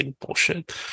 bullshit